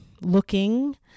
looking